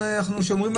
כשאתה אומר שיש בן זוג,